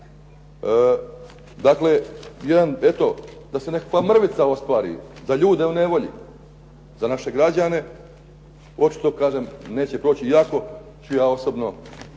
eto, da se nekakva mrvica ostvari za ljude u nevolji, za naše građane, očito kažem neće proći, iako ću ja osobno